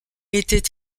était